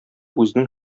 үзенең